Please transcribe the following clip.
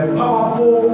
powerful